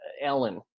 Ellen